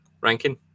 ranking